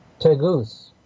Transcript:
Tegus